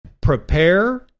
Prepare